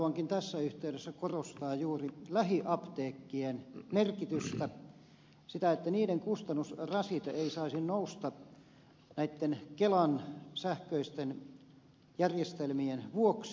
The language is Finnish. haluankin tässä yhteydessä korostaa juuri lähiapteekkien merkitystä sitä että niiden kustannusrasite ei saisi nousta kelan sähköisten järjestelmien vuoksi